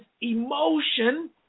emotion